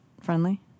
friendly